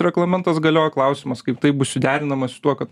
reglamentas galioja klausimas kaip tai bus suderinama su tuo kad